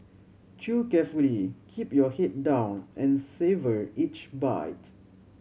chew carefully keep your head down and savour each bite